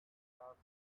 laughs